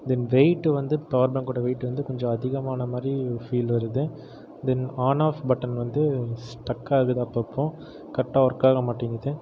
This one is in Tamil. தென் வெய்ட்டு வந்து பவர் பேங்க்கோட வெய்ட் வந்து கொஞ்சம் அதிகமான மாரி ஃபீல் வருது தென் ஆன் ஆஃப் பட்டன் வந்து ஸ்டக் ஆகுது அப்பப்போ கர்ட்டாக ஒர்க்காக மாட்டேங்கிது